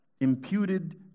Imputed